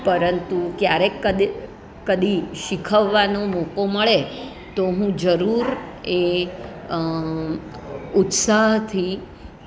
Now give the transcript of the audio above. પરંતુ ક્યારેક કદી શીખવવાનો મોકો મળે તો હું જરૂર એ ઉત્સાહથી